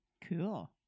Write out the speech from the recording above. Cool